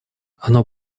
оно